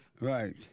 Right